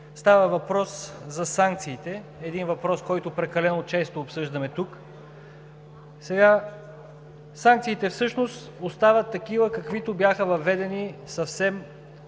Става въпрос за санкциите – един въпрос, който прекалено често обсъждаме тук. Санкциите всъщност остават такива, каквито бяха въведени съвсем